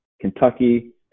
Kentucky